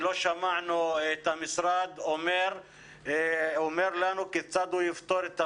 ועדיין לא שמענו את המשרד אומר לנו כיצד הוא יפתור את הבעיה.